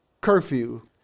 Curfew